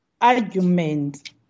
argument